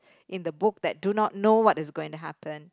in the book that do not know what is going to happen